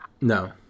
No